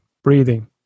breathing